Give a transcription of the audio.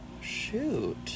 Shoot